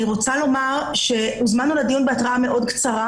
אני רוצה לומר שהוזמנו לדיון בהתראה מאוד קצרה